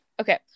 Okay